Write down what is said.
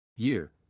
Year